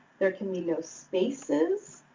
there can be no spaces,